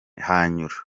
hanyura